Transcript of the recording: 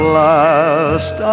last